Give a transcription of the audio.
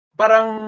parang